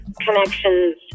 connections